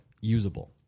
usable